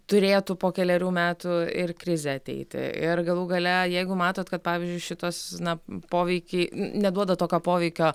turėtų po kelerių metų ir krizė ateiti ir galų gale jeigu matot kad pavyzdžiui šitos na poveikį neduoda tokio poveikio